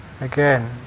Again